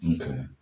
Okay